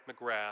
McGrath